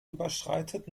überschreitet